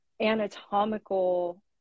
anatomical